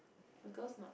the girls not